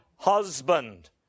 husband